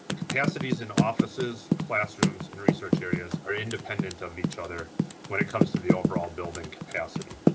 capacities in offices, classrooms and research areas are independent of each other when it comes to the overall building capacity.